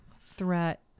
threat